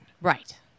Right